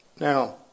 Now